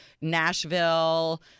Nashville